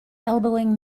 elbowing